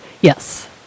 yes